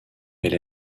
elle